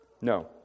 No